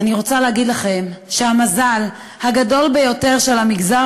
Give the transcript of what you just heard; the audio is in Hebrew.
אני רוצה להגיד לכם שהמזל הגדול ביותר של המגזר